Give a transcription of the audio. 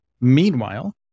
Meanwhile